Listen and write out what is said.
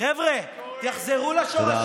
חבר הכנסת כהן, חבר הכנסת כהן, תודה רבה.